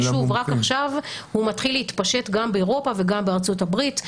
כי רק עכשיו הוא מתחיל להתפשט גם באירופה וגם בארצות הברית.